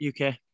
UK